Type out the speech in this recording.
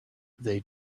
they